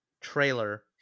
trailer